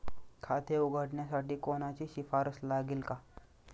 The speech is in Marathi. खाते उघडण्यासाठी कोणाची शिफारस लागेल का?